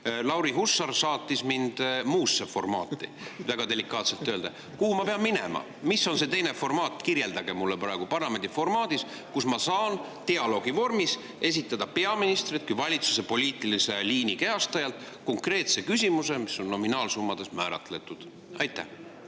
Lauri Hussar saatis mind muusse formaati, kui väga delikaatselt öelda. Kuhu ma pean minema? Mis on see teine formaat? Kirjeldage mulle praegu selles parlamendi formaadis, kus ma saan dialoogivormis esitada peaministrile kui valitsuse poliitilise liini kehastajale konkreetse küsimuse nominaalsummade [kohta].